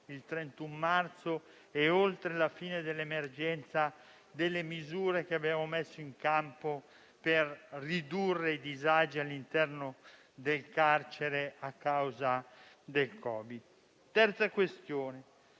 il 31 marzo e oltre la fine dell'emergenza delle misure che abbiamo messo in campo per ridurre i disagi all'interno del carcere a causa del Covid-19. Come terza questione,